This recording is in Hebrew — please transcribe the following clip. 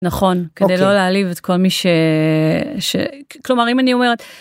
נכון, כדי לא להעליב את כל מי ש... כלומר, אם אני אומרת...